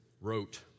wrote